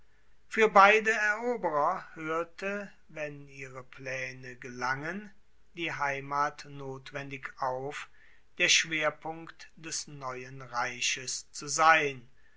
fuer beide eroberer hoerte wenn ihre plaene gelangen die heimat notwendig auf der schwerpunkt des neuen reiches zu sein